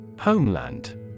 Homeland